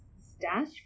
stash